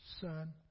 Son